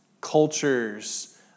cultures